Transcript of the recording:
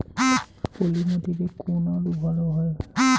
পলি মাটিতে কোন আলু ভালো হবে?